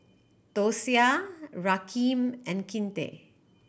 Dosia Rakeem and Kinte